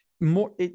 more